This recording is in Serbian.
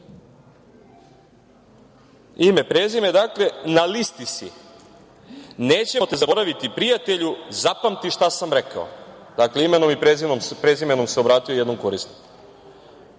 kaže sledeće: „Na listi si, nećemo te zaboraviti prijatelju, zapamti šta sam rekao.“ Dakle, imenom i prezimenom se obratio jednom korisniku: